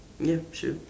ya sure